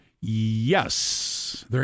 Yes